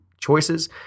choices